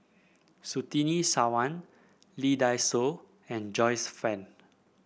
Surtini Sarwan Lee Dai Soh and Joyce Fan